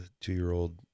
two-year-old